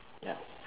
ya